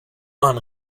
man